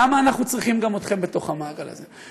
למה אנחנו צריכים גם אתכם בתוך המעגל הזה?